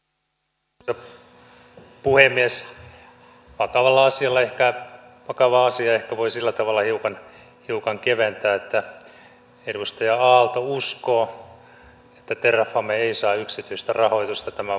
vakavaa asiaa ehkä voi sillä tavalla hiukan keventää että edustaja aalto uskoo että terrafame ei saa yksityistä rahoitusta tämän vuoden aikana